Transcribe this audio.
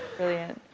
brilliant.